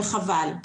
וחבל.